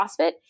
CrossFit